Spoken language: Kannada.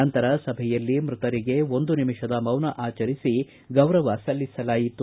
ನಂತರ ಸಭೆಯಲ್ಲಿ ಮೃತರಿಗೆ ಒಂದುನಿಮಿಷದ ಮೌನ ಆಚರಿಸಿ ಗೌರವ ಸಲ್ಲಿಸಲಾಯಿತು